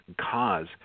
cause